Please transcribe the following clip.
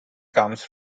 comes